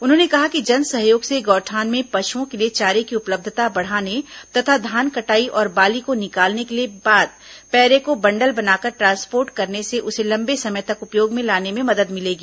उन्होंने कहा कि जनसहयोग से गौठान में पशुओं के लिए चारे की उपलब्धता बढ़ाने तथा धान कटाई और बाली को निकालने के बाद पैरे को बंडल बनाकर ट्रांसपोर्ट करने से उसे लंबे समय तक उपयोग में लाने में मदद मिल सकेगी